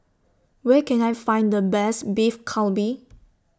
Where Can I Find The Best Beef Galbi